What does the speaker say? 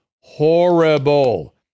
horrible